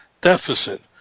deficit